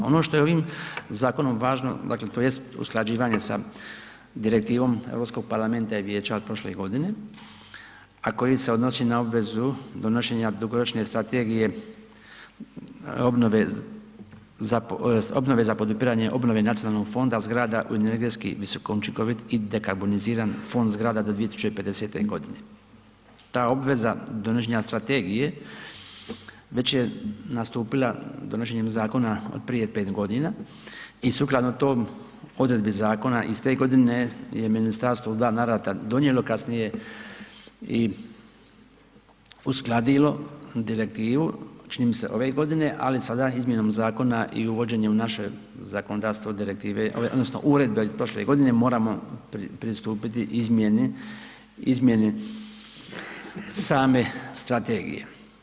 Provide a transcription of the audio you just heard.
Ono što je ovim zakonom važno dakle tj. usklađivanje sa Direktivom Europskog parlamenta i vijeća od prošle godine, a koji se odnosi na obvezu donošenja dugoročne strategije obnove za tj. obnove za podupiranje obnove nacionalnog fonda zgrada koji je energetski visokoučinkovit i dekarboniziran fond zgrada do 2050.g. Ta obveza donošenja strategije već je nastupila donošenjem zakona od prije 5.g. i sukladno tom odredbi zakona iste godine je ministarstvo u dva navrata donijelo, kasnije i uskladilo Direktivu, čini mi se ove godine, ali sada izmjenom zakona i uvođenje u naše zakonodavstvo Direktive ove odnosno uredbe iz prošle godine moramo pristupiti izmjeni, izmjeni same strategije.